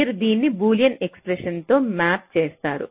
మీరు దీన్ని Boolean expression తో మ్యాప్ చేస్తారు